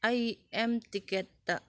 ꯑꯩ ꯃꯦꯝ ꯇꯤꯀꯦꯠꯇ